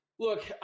Look